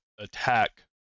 attack